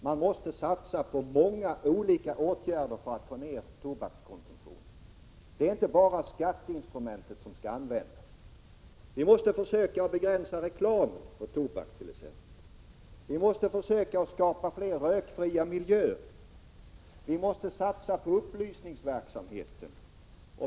Man måste satsa på många olika åtgärder för att få ned tobakskonsumtionen. Det är inte bara skatteinstrumentet som skall användas. Vi måste försöka begränsa reklamen för tobak, försöka skapa fler rökfria miljöer samt satsa på upplysningsverksamhet.